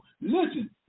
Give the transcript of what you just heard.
Listen